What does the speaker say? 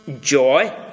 joy